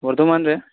ᱵᱚᱨᱫᱷᱚᱢᱟᱱ ᱨᱮ